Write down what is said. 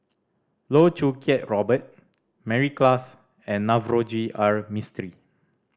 Loh Choo Kiat Robert Mary Klass and Navroji R Mistri